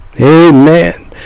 Amen